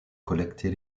collecter